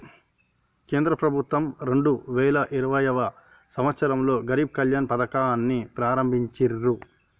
కేంద్ర ప్రభుత్వం రెండు వేల ఇరవైయవ సంవచ్చరంలో గరీబ్ కళ్యాణ్ పథకాన్ని ప్రారంభించిర్రు